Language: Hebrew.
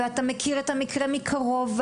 אתה מכיר את המקרה מקרוב,